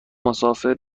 مسافر